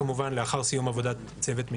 כמובן לאחר סיום עבודת הצוות.